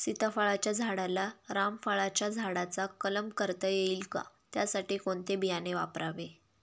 सीताफळाच्या झाडाला रामफळाच्या झाडाचा कलम करता येईल का, त्यासाठी कोणते बियाणे वापरावे?